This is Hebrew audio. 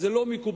וזה לא מקובל,